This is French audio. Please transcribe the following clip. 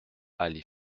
allée